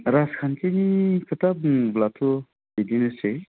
राजखान्थिनि खोथा बुङोब्लाथ' बिदिनोसै